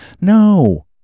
No